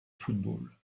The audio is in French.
football